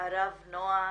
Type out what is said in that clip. לרב נעה